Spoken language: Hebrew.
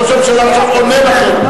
ראש הממשלה עכשיו עונה לכם.